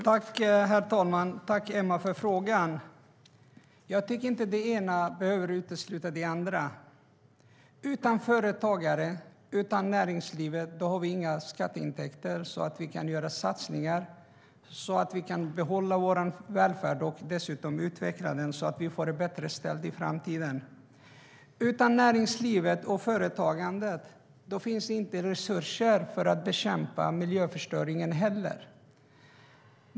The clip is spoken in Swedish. Herr talman! Jag tackar Emma för frågan. Jag tycker inte att det ena behöver utesluta det andra. Utan företagare och utan näringsliv har vi inga skatteintäkter så att vi kan göra satsningar och behålla vår välfärd och dessutom utveckla den så att vi får det bättre ställt i framtiden. Utan näringslivet och företagandet finns det inte heller resurser för att bekämpa miljöförstöringen.